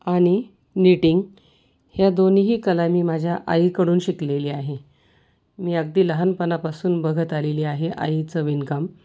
आणि नीटिंग ह्या दोन्हीही कला मी माझ्या आईकडून शिकलेली आहे मी अगदी लहानपणापासून बघत आलेली आहे आईचं विणकाम